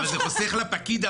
אבל זה חוסך לפקיד הבא,